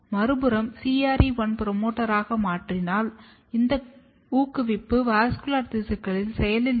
மறுபுறம் CRE1 புரோமோட்டாராக மாற்றினால் இந்த ஊக்குவிப்பு வாஸ்குலர் திசுக்களில் செயலில் இருக்கும்